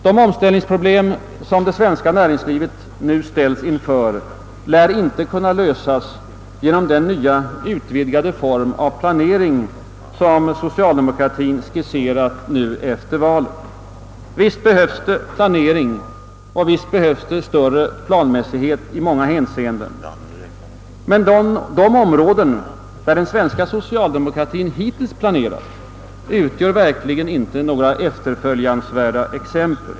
De omställningsproblem som det svenska näringslivet nu ställs inför lär inte kunna lösas genom den nya, utvidgade form av planering som social demokratien skisserat nu efter valet. Visst behövs planering och visst behövs större planmässighet i många hänseenden. Men de områden, där den svenska socialdemokratien hittills planerat, utgör verkligen inte efterföljansvärda exempel.